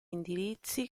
indirizzi